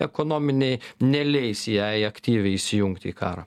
ekonominiai neleis jai aktyviai įsijungti į karą